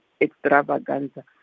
extravaganza